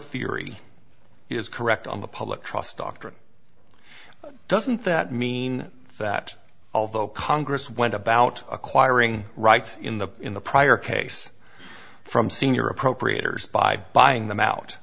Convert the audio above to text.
theory is correct on the public trust doctrine doesn't that mean that although congress went about acquiring rights in the in the prior case from senior appropriators by buying them